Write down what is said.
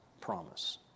promise